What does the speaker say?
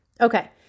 Okay